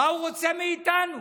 מה הוא רוצה מאיתנו,